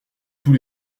tous